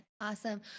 Awesome